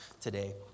today